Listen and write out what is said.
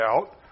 out